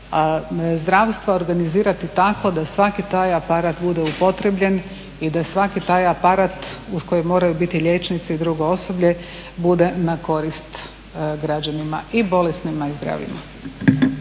zdravstva organizirati tako da svaki taj aparat bude upotrijebljen i da svaki taj aparat uz koji moraju biti liječnici i drugo osoblje, bude na korist građanima i bolesnima i zdravima.